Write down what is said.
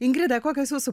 ingrida kokios jūsų